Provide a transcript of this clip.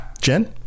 Jen